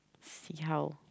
see how